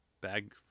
Bag